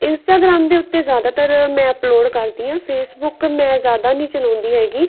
Instagram ਦੇ ਉੱਤੇ ਜ਼ਿਆਦਾਤਰ ਮੈਂ ਅਪਲੋਡ ਕਰਦੀ ਹਾਂ ਫੇਸਬੁੱਕ ਮੈਂ ਜ਼ਿਆਦਾ ਨਹੀਂ ਚਲਾਉਂਦੀ ਹੈਗੀ